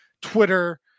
Twitter